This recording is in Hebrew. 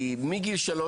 לכן הדבר העיקרי,